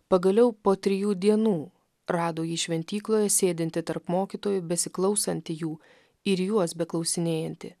pagaliau po trijų dienų rado jį šventykloje sėdintį tarp mokytojų besiklausantį jų ir juos beklausinėjantį